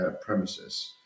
premises